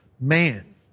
man